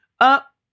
Up